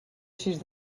sis